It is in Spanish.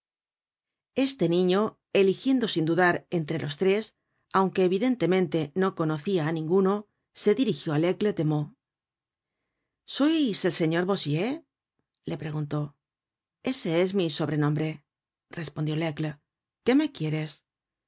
este niño eligiendo sin dudar entre los tres aunque evidentemente no conocia á ninguno se dirigió á laigle de meaux sois el señor bossuet le preguntó esees mi sobrenombre respondió laigle qué me quieres